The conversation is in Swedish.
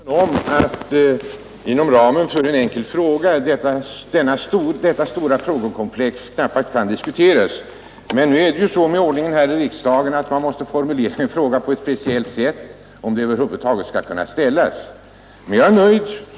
Herr talman! Jag är fullt medveten om att inom ramen för en enkel fråga detta stora frågekomplex knappast kan diskuteras. Men det är ju så med ordningen här i riksdagen att man måste formulera en fråga på ett speciellt sätt, om den över huvud taget skall kunna ställas.